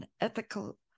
ethical